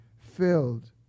filled